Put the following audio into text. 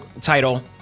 title